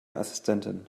assistentin